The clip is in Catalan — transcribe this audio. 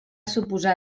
suposar